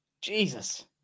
jesus